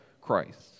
Christ